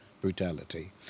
brutality